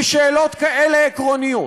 בשאלות כאלה עקרוניות,